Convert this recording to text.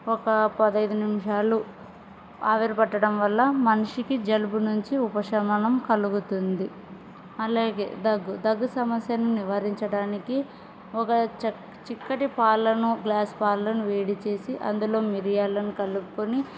ఒక పదహైను నిమిషాలు ఆవిరి పట్టడం వల్ల మనిషికి జలుబు నుంచి ఉపశమనం కలుగుతుంది అలాగే దగ్గు దగ్గు సమస్యను నివారించడానికి ఒక చ చిక్కటి పాలను గ్లాస్ వేడి చేసి అందులో మిరియాలను కలుపుకొని